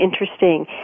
interesting